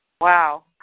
Wow